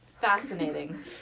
fascinating